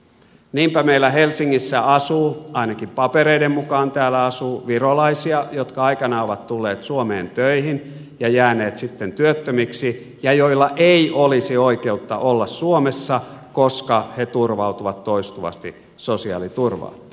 niinpä meillä helsingissä asuu ainakin papereiden mukaan täällä asuu virolaisia jotka aikanaan ovat tulleet suomeen töihin ja jääneet sitten työttömiksi ja joilla ei olisi oikeutta olla suomessa koska he turvautuvat toistuvasti sosiaaliturvaan